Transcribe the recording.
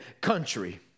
country